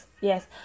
yes